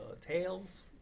Tales